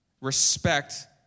respect